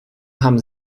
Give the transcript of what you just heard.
haben